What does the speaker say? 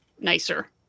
nicer